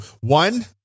one